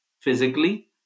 physically